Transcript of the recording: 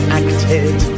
acted